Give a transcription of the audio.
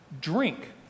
drink